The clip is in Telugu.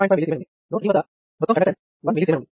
5 mS ఉంది నోడ్ 3 వద్ద మొత్తం కండక్టెన్స్ 1 mS ఉంది